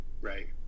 right